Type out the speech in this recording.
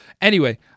Anyway-